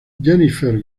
jennifer